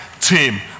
team